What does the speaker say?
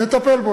נטפל בו.